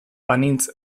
banintz